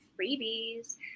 freebies